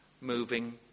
moving